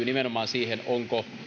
nimenomaan siihen onko